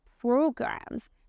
programs